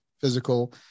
physical